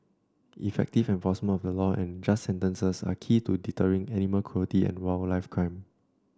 effective enforcement of the law and just sentences are key to deterring animal cruelty and wildlife crime